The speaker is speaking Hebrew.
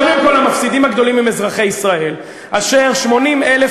קודם כול המפסידים הגדולים הם אזרחי ישראל אשר 80,000